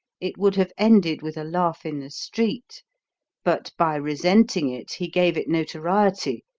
it would have ended with a laugh in the street but by resenting it, he gave it notoriety,